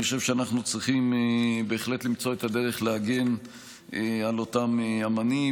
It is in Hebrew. אני חושב שאנחנו בהחלט צריכים למצוא את הדרך להגן על אותם אומנים.